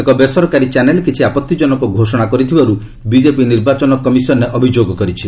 ଏକ ବେସରକାରୀ ଚାନେଲ୍ କିଛି ଆପତ୍ତି ଜନକ ଘୋଷଣା କରିଥିବାରୁ ବିଜେପି ନିର୍ବାଚନ କମିଶନ୍ରେ ଅଭିଯୋଗ କରିଛି